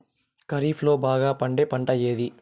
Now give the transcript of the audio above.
ఖరీఫ్ లో బాగా పండే పంట ఏది?